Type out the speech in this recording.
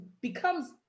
becomes